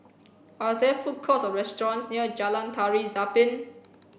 are there food courts or restaurants near Jalan Tari Zapin